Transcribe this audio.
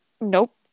nope